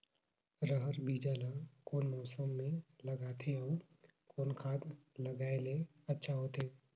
रहर बीजा ला कौन मौसम मे लगाथे अउ कौन खाद लगायेले अच्छा होथे?